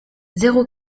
zéro